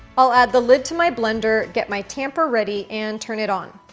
i'll add the lid to my blender, get my tamper ready, and turn it on.